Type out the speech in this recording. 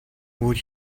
would